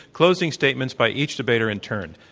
closing statements by each debater in turn.